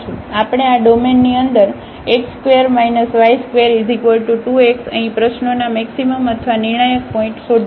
તેથી આપણે આ ડોમેનની અંદરx2 y2 2x અહીં પ્રશ્નોના મેક્સિમમ અથવા નિર્ણાયક પોઇન્ટ શોધીશું